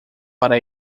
para